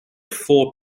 for